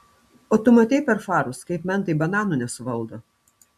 o tu matei per farus kaip mentai bananų nesuvaldo